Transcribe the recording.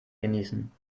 genießen